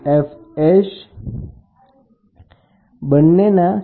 તો આ Fs છે અને આ Fb જે પણ હોય તે